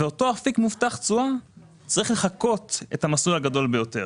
אותו אפיק מובטח תשואה צריך לחקות את המסלול הגדול ביותר.